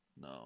No